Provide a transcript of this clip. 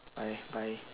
bye bye